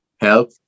help